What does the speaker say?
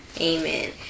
amen